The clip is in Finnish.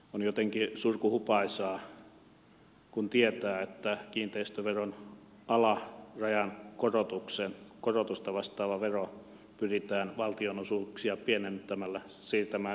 on jotenkin surkuhupaisaa kun tietää että kiinteistöveron alarajan korotusta vastaava vero pyritään valtionosuuksia pienentämällä siirtämään suoraan valtiolle